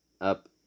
up